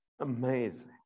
amazing